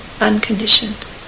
unconditioned